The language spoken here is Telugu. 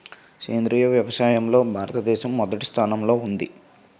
సేంద్రీయ వ్యవసాయంలో భారతదేశం మొదటి స్థానంలో ఉంది